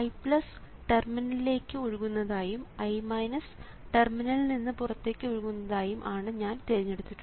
I ടെർമിനലിലേക്ക് ഒഴുകുന്നതായും I ടെർമിനലിൽ നിന്ന് പുറത്തേക്ക് ഒഴുകുന്നതായും ആണ് ഞാൻ തിരഞ്ഞെടുത്തിട്ടുള്ളത്